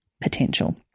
potential